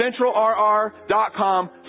centralrr.com